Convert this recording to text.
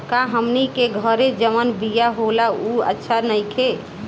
का हमनी के घरे जवन बिया होला उ अच्छा नईखे?